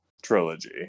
trilogy